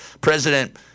President